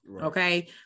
Okay